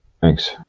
Thanks